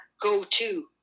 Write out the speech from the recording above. go-to